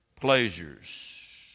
pleasures